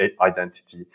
identity